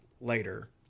later